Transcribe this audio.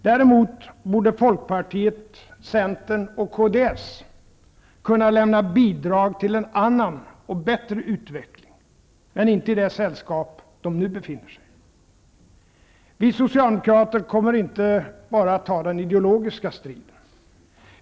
Däremot borde Folkpartiet, Centern och Kds kunna lämna bidrag till en annan och bättre utveckling, men inte i det sällskap de nu befinner sig i. Vi socialdemokrater kommer inte bara att ta den ideologiska striden.